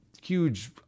huge